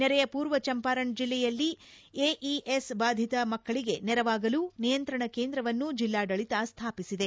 ನೆರೆಯ ಪೂರ್ವ ಚಂಪಾರಣ್ ಜಿಲ್ಲೆಯಲ್ಲಿ ಎಇಎಸ್ ಬಾಧಿತ ಮಕ್ಕಳಿಗೆ ನೆರವಾಗಲು ನಿಯಂತ್ರಣ ಕೇಂದ್ರವನ್ನು ಜಿಲ್ಲಾಡಳಿತ ಸ್ಥಾಪಿಸಿದೆ